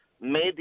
made